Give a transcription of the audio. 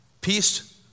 peace